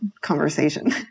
conversation